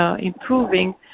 improving